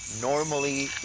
normally